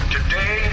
Today